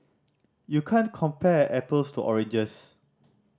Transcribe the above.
you can't compare apples to oranges